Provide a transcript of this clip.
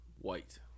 white